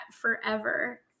forever